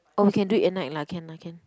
or we can do it at night lah can lah can